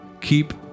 Keep